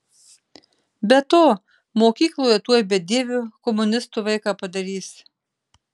be to mokykloje tuoj bedieviu komunistu vaiką padarys